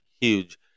huge